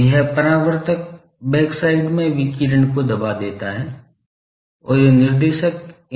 तो यह परावर्तक बैकसाइड में विकिरण को दबा देता है और ये निर्देशक इनमें सुधार करते हैं